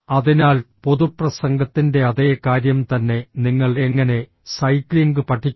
അതിനാൽ പൊതുപ്രസംഗത്തിൻ്റെ അതേ കാര്യം തന്നെ നിങ്ങൾ എങ്ങനെ സൈക്ലിംഗ് പഠിക്കും